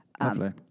lovely